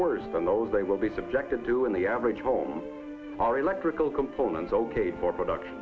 worse than those they will be subjected to in the average home or electrical components located for production